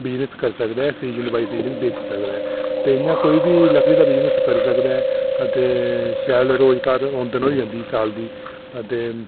business करी सकदा ऐ सीज़न बाय सीज़न बेची सकदा ऐ ते इं'या कोई बी लकड़ी दा बिज़नेस करी सकदा ऐ ते शैल रोज़गार औंदन होई जंदी साल दी ते